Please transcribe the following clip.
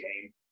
game